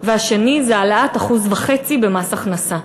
והשנייה זה העלאת 1.5% במס ההכנסה.